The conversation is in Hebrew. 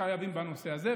שחייבים בנושא הזה,